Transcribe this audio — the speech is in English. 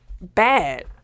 bad